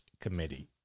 committee